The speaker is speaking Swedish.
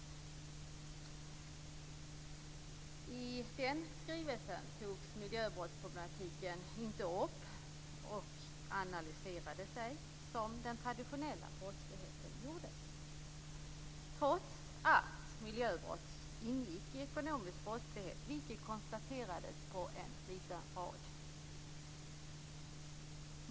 I den skrivelsen togs miljöbrottsproblematiken inte upp och analyserades ej, som gjordes med den traditionella brottsligheten, trots att miljöbrott ingick i ekonomisk brottslighet, vilket konstaterades på en liten rad.